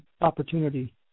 opportunity